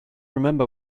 remember